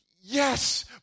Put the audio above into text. Yes